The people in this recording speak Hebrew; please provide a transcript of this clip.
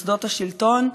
במוסדות השלטון,